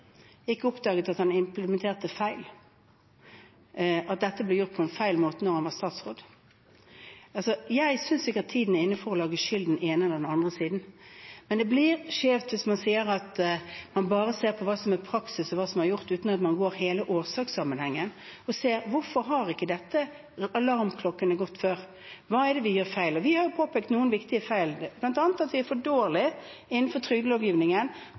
ikke oppdaget at han implementerte feil, og at dette ble gjort på en feil måte da han var statsråd. Jeg synes ikke tiden er inne for å legge skylden på den ene eller andre siden, men det blir skjevt hvis man sier at man bare ser på hva som er praksis, og hva som er gjort, uten at man går til hele årsakssammenhengen og ser på hvorfor ikke alarmklokkene har gått før, og hva det er vi gjør feil. Og vi har påpekt noen viktige feil, bl.a. at vi er for dårlige innenfor